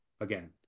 again